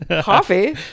coffee